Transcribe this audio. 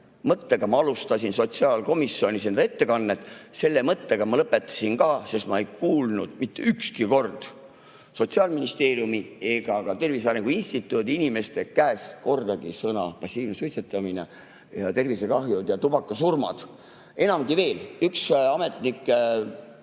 mõttega ma alustasin sotsiaalkomisjonis enda ettekannet ning selle mõttega ma lõpetasin ka. Ma ei kuulnud mitte ükski kord Sotsiaalministeeriumi ega ka Tervise Arengu Instituudi inimeste suust sõnu "passiivne suitsetamine" ja "tervisekahjud" ja "tubakasurmad". Enamgi veel, üks ametnik